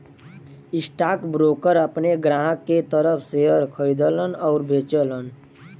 stockbroker अपने ग्राहकन के तरफ शेयर खरीदलन आउर बेचलन